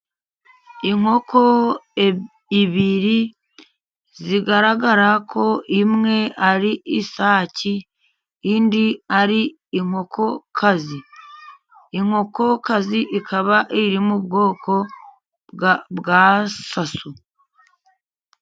Inkoko ebyiri zigaragara ko imwe ari isake, indi ari inkokokazi. Inkokokazi ikaba iri mu bwoko bwa saso.